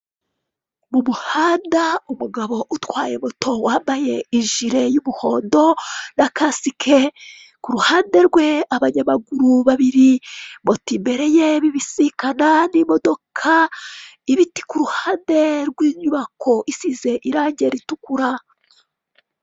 Numuhanda umugabo utwaye moto uwambaye ijire yumuhondo nakasike kuruhande rwe abanyamaguru babiri moto imbere ye bibisikana nimodoka ibiti kuruhande rwinyubako isize irange ritukura.